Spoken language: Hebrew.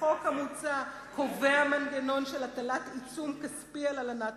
החוק המוצע קובע מנגנון של הטלת עיצום כספי על הלנת